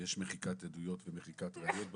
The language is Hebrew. יש מחיקת עדויות ומחיקת ראיות במשטרה.